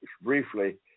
briefly